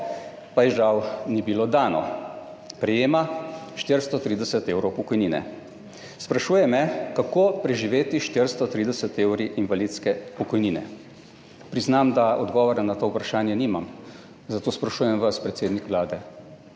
pa ji, žal, ni bilo dano, prejema 430 evrov pokojnine. Sprašuje me, kako preživeti s 430 evri invalidske pokojnine. Priznam, da odgovora na to vprašanje nimam. Zato sprašujem vas, predsednik Vlade,